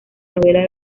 novela